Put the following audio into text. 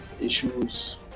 issues